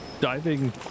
diving